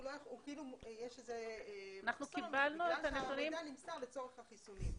כאילו יש איזה מחסום בגלל שהנתונים נמסרו לצורך החיסונים.